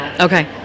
Okay